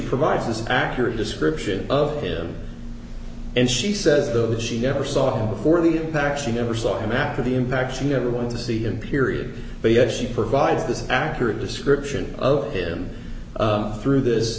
provides an accurate description of him and she says though that she never saw before the impact she never saw him after the impact she never want to see him period but yet she provides this accurate description of him through this